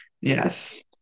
Yes